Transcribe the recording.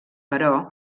però